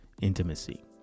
intimacy